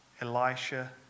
Elisha